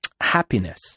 happiness